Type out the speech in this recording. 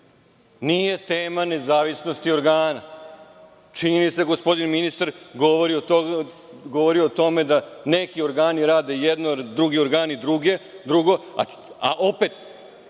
Nije tema nezavisnost organa. Činjenica je da gospodin ministar govori o tome da neki organi rade jedno, a drugi organi drugo. Opet